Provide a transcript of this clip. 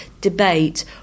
debate